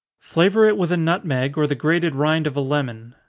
flavor it with a nutmeg, or the grated rind of a lemon.